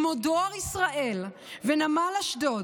כמו דואר ישראל ונמל אשדוד.